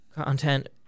Content